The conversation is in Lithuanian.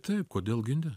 taip kodėl gi ne